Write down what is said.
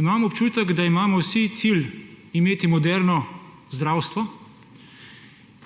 Imam občutek, da imamo vsi cilj imeti moderno zdravstvo